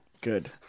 Good